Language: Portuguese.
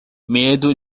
medo